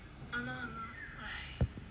!hannor! !hannor! 很快